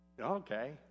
Okay